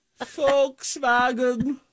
Volkswagen